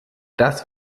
das